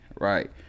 Right